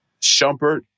Shumpert